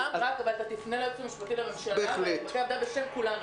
תפנה ליועץ המשפטי לממשלה ולמבקר המדינה בשם כולנו,